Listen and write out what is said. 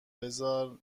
بزار